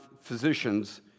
physicians